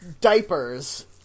diapers